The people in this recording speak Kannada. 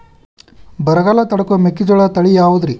ಬರಗಾಲ ತಡಕೋ ಮೆಕ್ಕಿಜೋಳ ತಳಿಯಾವುದ್ರೇ?